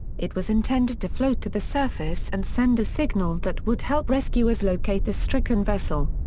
it was intended to float to the surface and send a signal that would help rescuers locate the stricken vessel.